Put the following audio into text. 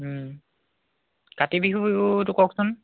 কাতি বিহুটো কওকচোন